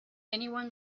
anyone